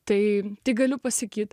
tai tik galiu pasakyti